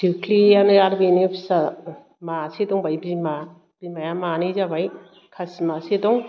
जोख्लियानो आर बिनो फिसा मासे दंबावो बिमा बिमाया मानै जाबाय खासि मासे दं